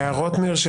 ההערות נרשמו.